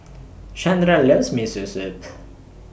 Shandra loves Miso Soup